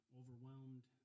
overwhelmed